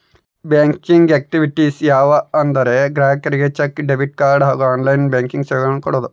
banking activities ಯಾವ ಅಂದರೆ ಗ್ರಾಹಕರಿಗೆ ಚೆಕ್, ಡೆಬಿಟ್ ಕಾರ್ಡ್ ಹಾಗೂ ಆನ್ಲೈನ್ ಬ್ಯಾಂಕಿಂಗ್ ಸೇವೆಗಳನ್ನು ಕೊಡೋದು